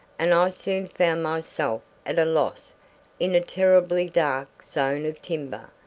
and i soon found myself at a loss in a terribly dark zone of timber.